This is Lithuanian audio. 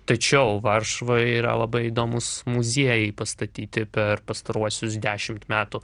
tačiau varšuvoj yra labai įdomūs muziejai pastatyti per pastaruosius dešimt metų